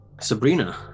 Sabrina